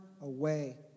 away